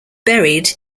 buried